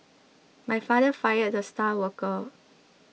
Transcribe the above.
my father fired the star worker